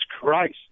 Christ